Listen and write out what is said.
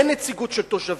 אין נציגות של תושבים,